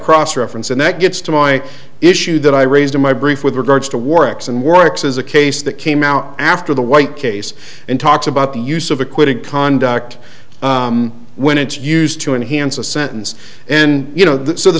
cross reference and that gets to my issue that i raised in my brief with regards to warrick's and works as a case that came out after the white case and talks about the use of acquitted conduct when it's used to enhance a sentence and you know